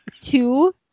two